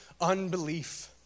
unbelief